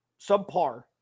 subpar